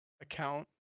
account